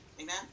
Amen